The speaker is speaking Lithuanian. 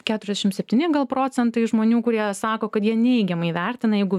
keturiasdešim septyni gal procentai žmonių kurie sako kad jie neigiamai vertina jeigu